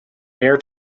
air